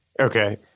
Okay